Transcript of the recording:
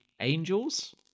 angels